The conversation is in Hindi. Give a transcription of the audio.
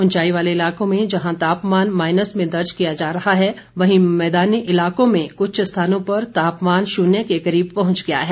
उंचाई वाले इलाकों में जहां तापमान माइनस में दर्ज किया जा रहा है वहीं मैदानी स्थानों में कुछ स्थानों पर तापमान शून्य के करीब पहुंच गया है